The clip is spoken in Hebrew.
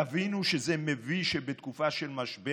תבינו שזה מביש שבתקופה של משבר